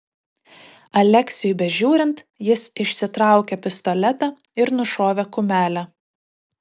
aleksiui bežiūrint jis išsitraukė pistoletą ir nušovė kumelę